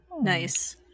Nice